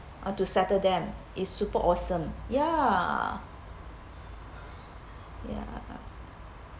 or to settle them is super awesome ya ya